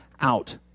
out